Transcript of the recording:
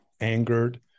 angered